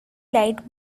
light